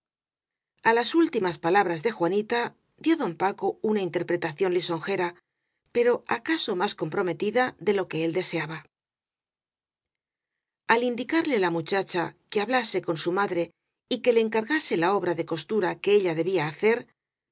las últimas palabras de juanita dió don paco una interpretación lisonjera pero acaso más com prometida de lo que él deseaba al indicarle la muchacha que hablase con su madre y que le encargase la obra de costura que ella debía hacer